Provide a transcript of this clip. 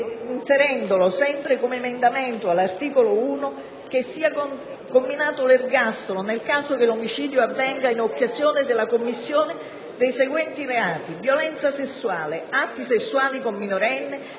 1 del decreto-legge, abbiamo chiesto che sia comminato l'ergastolo nel caso che l'omicidio avvenga in occasione della commissione dei seguente reati: violenza sessuale, atti sessuali con minorenne,